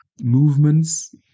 movements